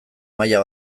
maila